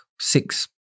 six